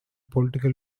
political